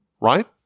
right